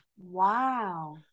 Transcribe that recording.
wow